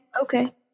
Okay